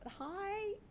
hi